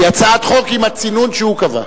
היא הצעת החוק עם הצינון שהוא קבע.